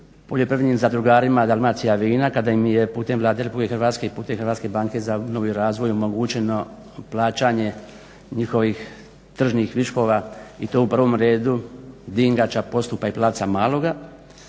poljoprivrednim zadrugarima Dalmacija vina, kada im je putem Vlade Republike Hrvatske i putem Hrvatske banke za obnovu i razvoj omogućeno plaćanje njihovih tržnih viškova i to u prvom redu Dingača, Postupa i Plavca maloga.